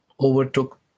overtook